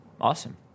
Awesome